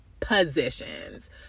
Positions